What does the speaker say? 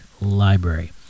Library